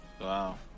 Wow